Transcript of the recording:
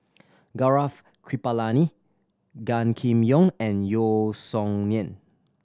Gaurav Kripalani Gan Kim Yong and Yeo Song Nian